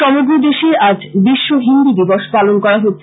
সমগ্র দেশে আজ বিশ্ব হিন্দি দিবস পালন করা হচ্ছে